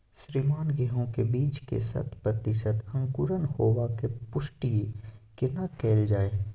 श्रीमान गेहूं के बीज के शत प्रतिसत अंकुरण होबाक पुष्टि केना कैल जाय?